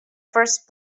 first